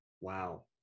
wow